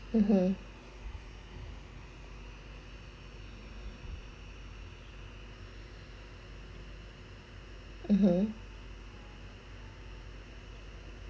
(uh huh) (uh huh)